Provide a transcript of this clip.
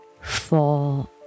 four